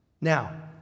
Now